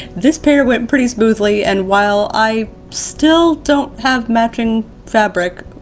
this pair went pretty smoothly, and while i still don't have matching fabric,